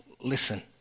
listen